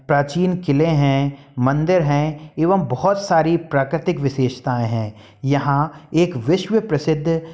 प्राचीन किले हैं मंदिर हैं एवं बहुत सारी प्राकृतिक विशेषताएँ हैं यहाँ एक विश्व प्रसिद्ध